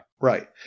Right